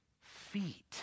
feet